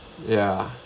ya